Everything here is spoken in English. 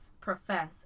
profess